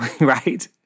right